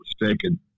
mistaken